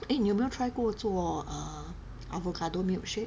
eh 你有没有 try 过做 err avocado milkshake